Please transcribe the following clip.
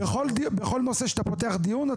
בכל נושא שאתה פותח דיון,